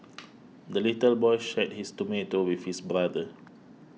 the little boy shared his tomato with his brother